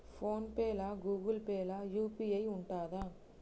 Phone pay లా Google pay లా UPI ఉంటదా?